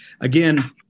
again